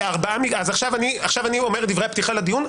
עכשיו אני אומר דברי פתיחה לדיון,